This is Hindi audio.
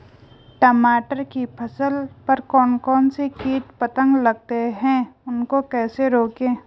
टमाटर की फसल पर कौन कौन से कीट पतंग लगते हैं उनको कैसे रोकें?